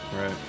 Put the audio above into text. right